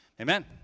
Amen